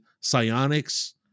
psionics